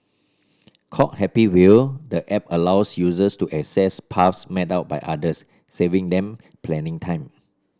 called Happy Wheel the app allows users to access paths mapped out by others saving them planning time